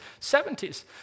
70s